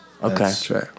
Okay